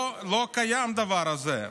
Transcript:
פה לא קיים הדבר הזה.